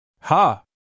Ha